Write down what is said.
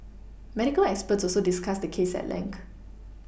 medical experts also discussed the case at length